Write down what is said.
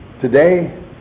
Today